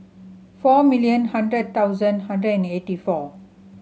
four million hundred thousand hundred and eighty four